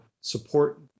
support